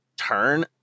turn